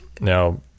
Now